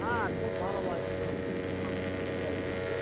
হ্যাঁ খুব ভালো পাম্প জল উঠিয়ে দেবে